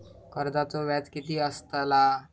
कर्जाचो व्याज कीती असताला?